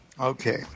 Okay